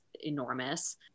enormous